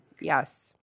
Yes